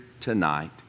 tonight